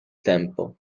tempo